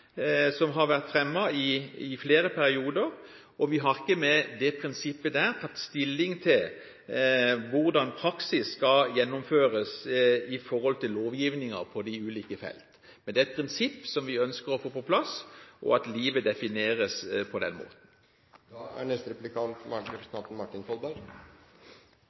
som har vært fremmet i flere perioder, og vi har ikke med det prinsippet tatt stilling til hvordan praksis skal gjennomføres når det gjelder lovgivningen på de ulike feltene. Men det er et prinsipp som vi ønsker å få på plass, at livet defineres på den måten. Jeg ba om replikk fordi jeg vil gi uttrykk for – ettersom det er